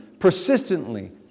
Persistently